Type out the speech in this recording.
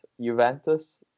Juventus